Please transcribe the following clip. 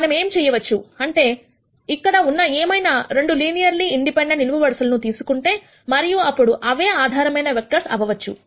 మనమేం చేయవచ్చు అంటే ఇక్కడ ఉన్న ఏమైనా 2 లినియర్లీ ఇండిపెండెంట్ నిలువు వరుసలు ను తీసుకుంటే మరియు అప్పుడు అవే ఆధారమైన వెక్టర్స్ అవ్వచ్చు